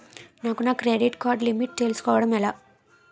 నాకు నా credit card limit తెలుసుకోవడం ఎలా?